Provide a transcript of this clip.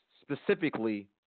specifically